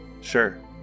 Sure